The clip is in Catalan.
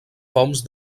poms